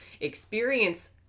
experience